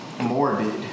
morbid